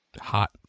hot